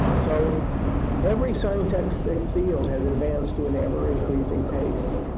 so every scientific field has advanced to an ever-increasing pace